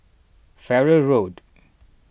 Farrer Road